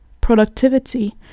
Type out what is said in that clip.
productivity